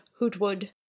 Hootwood